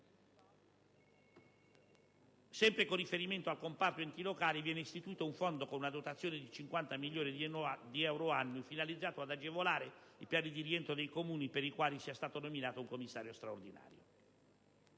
Sempre con riferimento al comparto enti locali viene istituito un fondo, con una dotazione di 50 milioni di euro annui, finalizzato ad agevolare i termini di rientro dei Comuni per i quali sia stato nominato un commissario straordinario.